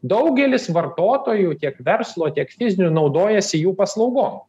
daugelis vartotojų tiek verslo tiek fizinių naudojasi jų paslaugom